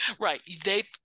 Right